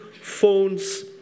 phones